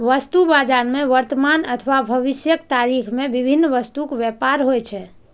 वस्तु बाजार मे वर्तमान अथवा भविष्यक तारीख मे विभिन्न वस्तुक व्यापार होइ छै